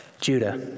Judah